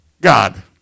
God